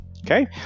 Okay